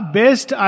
best